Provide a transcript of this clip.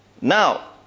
Now